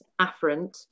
afferent